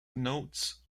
nodes